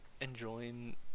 enjoying